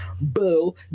boo